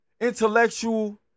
intellectual